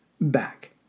back